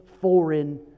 foreign